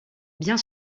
bien